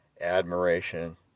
admiration